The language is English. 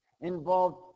involved